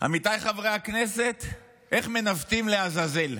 עמיתיי חברי הכנסת, איך מנווטים לעזאזל?